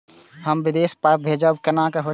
हम विदेश पाय भेजब कैना होते?